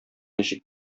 ничек